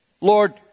Lord